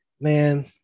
man